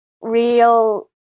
real